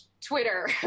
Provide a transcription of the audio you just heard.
Twitter